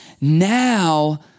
Now